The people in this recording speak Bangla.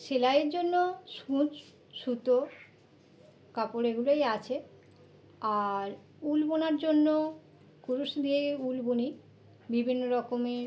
সেলাইয়ের জন্য সূচ সুতো কাপড় এগুলোই আছে আর উল বোনার জন্য কুরুশ দিয়ে উল বুনি বিভিন্ন রকমের